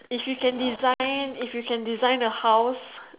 if you can design if you can design a house